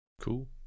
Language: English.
Cool